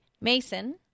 mason